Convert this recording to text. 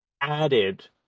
added